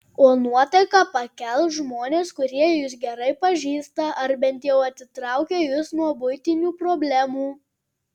o nuotaiką pakels žmonės kurie jus gerai pažįsta ar bent jau atitraukia jus nuo buitinių problemų